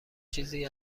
چیزی